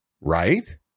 Right